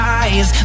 eyes